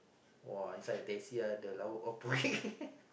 !wah! inside the taxi ah the lauk all